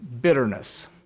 bitterness